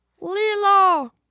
Lilo